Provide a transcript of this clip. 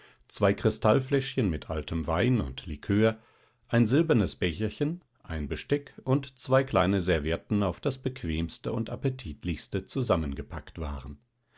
zwei kristallfläschchen mit altem wein und likör ein silbernes becherchen ein besteck und zwei kleine servietten auf das bequemste und appetitlichste zusammengepackt waren